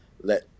let